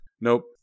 Nope